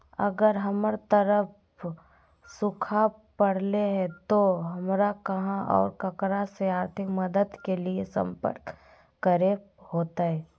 अगर हमर तरफ सुखा परले है तो, हमरा कहा और ककरा से आर्थिक मदद के लिए सम्पर्क करे होतय?